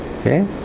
Okay